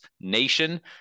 Nation